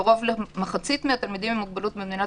קרוב למחצית מהתלמידים עם מוגבלות במדינת